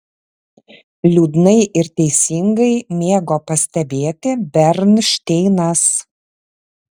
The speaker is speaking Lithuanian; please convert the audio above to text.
liūdnai ir teisingai mėgo pastebėti bernšteinas